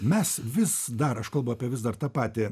mes vis dar aš kalbu apie vis dar tą patį